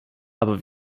aber